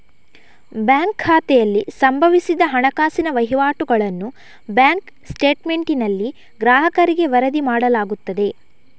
bank ಖಾತೆಯಲ್ಲಿ ಸಂಭವಿಸಿದ ಹಣಕಾಸಿನ ವಹಿವಾಟುಗಳನ್ನು ಬ್ಯಾಂಕ್ ಸ್ಟೇಟ್ಮೆಂಟಿನಲ್ಲಿ ಗ್ರಾಹಕರಿಗೆ ವರದಿ ಮಾಡಲಾಗುತ್ತದೆ